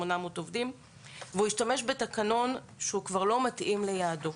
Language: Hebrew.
והוא השתמש בתקנון שכבר לא מתאים לייעודו.